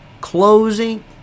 closing